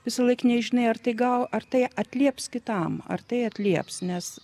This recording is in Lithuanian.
visąlaik nežinai ar tai gal ar tai atlieps kitam ar tai atlieps nes